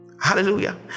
Hallelujah